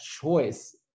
choice